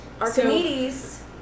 Archimedes